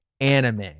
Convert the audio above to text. anime